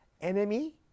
enemy